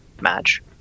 match